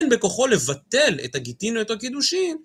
אם בכוחו לבטל את הגיטין או את הקידושים